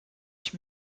ich